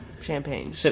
Champagne